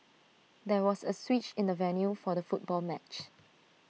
there was A switch in the venue for the football match